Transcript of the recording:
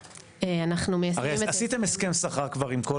הרי עשיתם הסכם שכר עם כל